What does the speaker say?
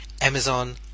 Amazon